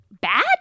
bad